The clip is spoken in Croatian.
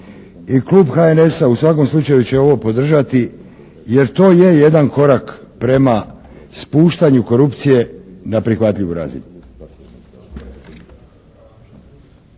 slučaju će ovo podržati jer to je jedan korak prema spuštanju korupcije na prihvatljivu razinu.